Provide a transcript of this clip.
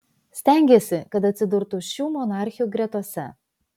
stengėsi kad atsidurtų šių monarchių gretose